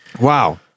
Wow